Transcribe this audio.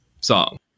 song